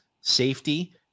safety